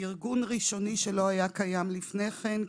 ארגון ראשוני שלא היה קיים לפני כן,